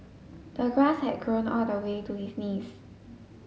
the grass had grown all the way to his knees